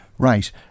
Right